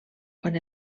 quan